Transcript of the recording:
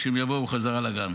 כשהם יבואו בחזרה לגן.